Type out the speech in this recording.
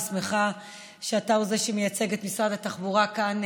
ושמחה שאתה הוא שמייצג את משרד התחבורה כאן,